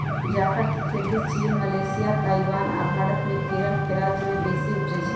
जाफर के खेती चीन, मलेशिया, ताइवान आ भारत मे केरल राज्य में बेशी उपजै छइ